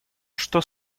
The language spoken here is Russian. что